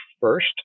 first